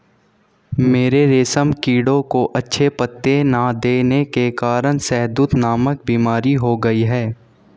मेरे रेशम कीड़ों को अच्छे पत्ते ना देने के कारण शहदूत नामक बीमारी हो गई है